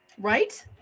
Right